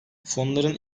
fonların